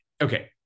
Okay